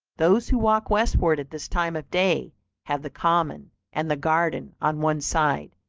those who walk westward at this time of day have the common and the garden on one side,